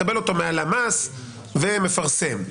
מקבל אותו מהלמ"ס ומפרסם,